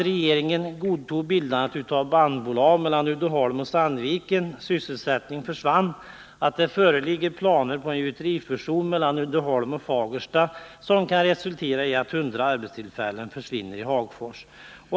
Regeringen godtog bildandet av bandbolag mellan Uddeholm och Sandviken — sysselsättning försvann. Det föreligger planer på en gjuterifusion mellan Uddeholm och Fagersta som kan resultera i att 100 arbetstillfällen försvinner i Hagfors.